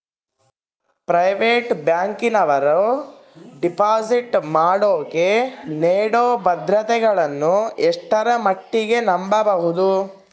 Private ಬ್ಯಾಂಕಿನವರು deposit ಮಾಡೋಕೆ ನೇಡೋ ಭದ್ರತೆಗಳನ್ನು ಎಷ್ಟರ ಮಟ್ಟಿಗೆ ನಂಬಬಹುದು?